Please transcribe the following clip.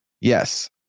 Yes